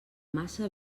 massa